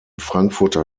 frankfurter